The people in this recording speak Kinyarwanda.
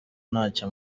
ntacyo